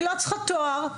שלא צריכה תואר,